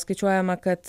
skaičiuojama kad